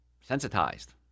sensitized